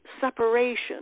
separation